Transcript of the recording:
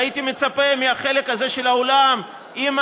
והייתי מצפה מהחלק הזה של האולם: אם